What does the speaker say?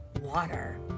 water